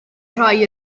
rhai